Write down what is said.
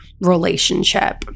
relationship